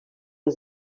els